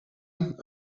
een